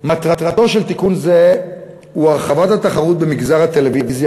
מטרתו של תיקון זה היא הרחבת התחרות במגזר הטלוויזיה